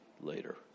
later